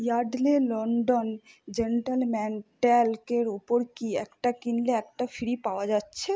Yardley London gentleman talc এর ওপর কি একটা কিনলে একটা ফ্রি পাওয়া যাচ্ছে